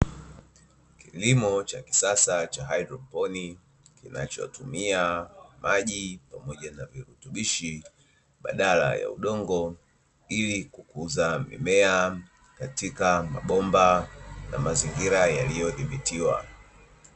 Kilimo cha kisasa cha hydroponi, kinachotumia maji pamoja na virutubishi badala ya udongo, ili kukuza mimea katika mabomba na mazingira yaliyodhibitiwa.